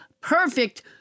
perfect